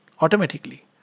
Automatically